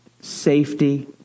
safety